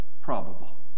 probable